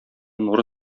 нуры